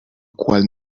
cuál